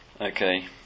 Okay